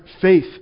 faith